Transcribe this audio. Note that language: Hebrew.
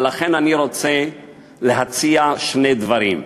ולכן אני רוצה להציע שני דברים,